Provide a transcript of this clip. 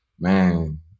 Man